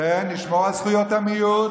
אתם תשמרו על זכויות המיעוט?